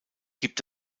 gibt